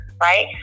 right